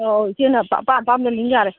ꯑꯧ ꯑꯧ ꯏꯆꯦꯅ ꯑꯄꯥꯝ ꯑꯄꯥꯝꯕꯗꯣ ꯂꯤꯡ ꯌꯥꯔꯦ